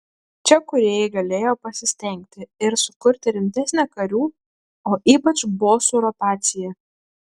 čia kūrėjai galėjo pasistengti ir sukurti rimtesnę karių o ypač bosų rotaciją